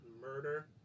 murder